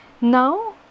Now